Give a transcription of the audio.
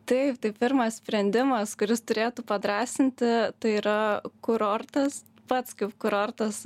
taip tai pirmas sprendimas kuris turėtų padrąsinti tai yra kurortas pats kaip kurortas